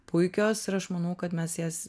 puikios ir aš manau kad mes jas